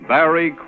Barry